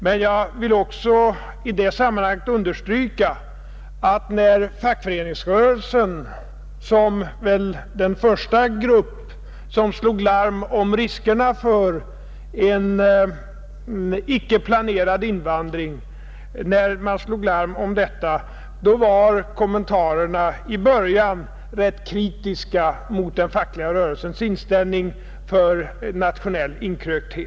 Men jag vill också i det sammanhanget understryka att när fackföreningsrörelsen som väl den första gruppen slog larm om riskerna för en icke planerad invandring, så var kommentarerna i början rätt kritiska, och den fackliga rörelsens inställning betecknades som nationell inkrökthet.